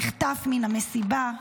נחטף מהמסיבה,